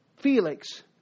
felix